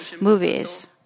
movies